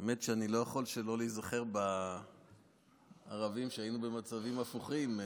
האמת היא שאני לא יכול שלא להיזכר בערבים שהיינו במצבים הפוכים,